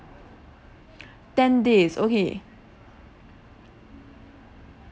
ten days okay